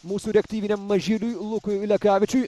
mūsų reaktyviniam mažyliui lukui lekavičiui